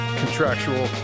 contractual